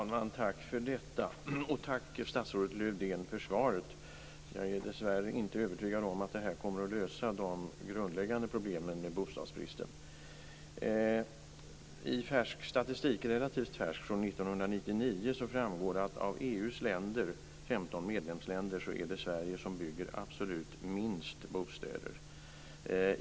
Fru talman! Tack, statsrådet Lövdén, för svaret. Jag är dessvärre inte övertygad om att det här kommer att lösa de grundläggande problemen med bostadsbristen. EU:s 15 medlemsländer är det Sverige som bygger absolut minst bostäder.